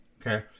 Okay